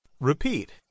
Repeat